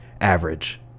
average